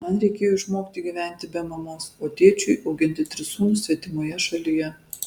man reikėjo išmokti gyventi be mamos o tėčiui auginti tris sūnus svetimoje šalyje